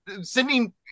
sending